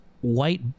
white